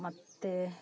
ಮತ್ತು